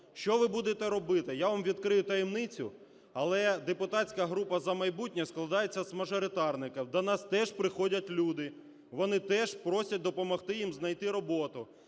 Що ви будете робити? Я вам відкрию таємницю, але депутатська група "За майбутнє" складається з мажоритарників, до нас теж приходять люди, вони теж просять допомогти їм знайти роботу,